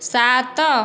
ସାତ